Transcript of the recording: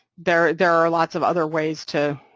there there are lots of other ways to